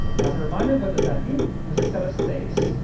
as a reminder, what does that mean? there's a set of states,